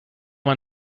man